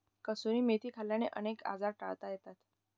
कसुरी मेथी खाल्ल्याने अनेक आजार टाळता येतात